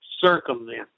circumvent